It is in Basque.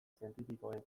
zientifikoen